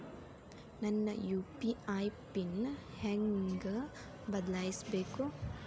ನನ್ನ UPI PIN ಹೆಂಗ್ ಬದ್ಲಾಯಿಸ್ಬೇಕು?